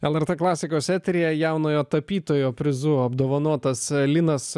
lrt klasikos eteryje jaunojo tapytojo prizu apdovanotas linas